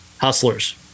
Hustlers